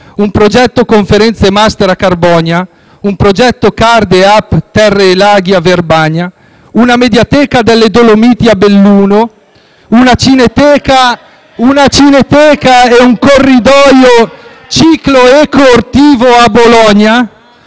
un progetto conferenze *master* a Carbonia, un progetto Card e App terre e laghi a Verbania, una mediateca delle Dolomiti a Belluno, una cineteca e un corridoio ciclo-eco-ortivo a Bologna,